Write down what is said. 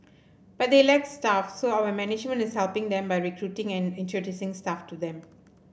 but they lack staff so our management is helping them by recruiting and introducing staff to them